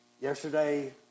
Yesterday